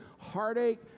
heartache